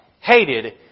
hated